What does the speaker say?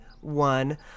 One